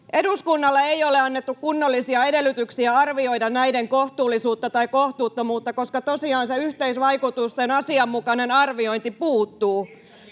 Eduskunnalle ei ole annettu kunnollisia edellytyksiä arvioida näiden kohtuullisuutta tai kohtuuttomuutta, koska tosiaan se yhteisvaikutusten asianmukainen arviointi puuttuu.